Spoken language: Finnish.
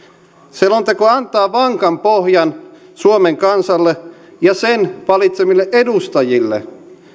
selonteko antaa vankan pohjan suomen kansalle ja sen valitsemille edustajille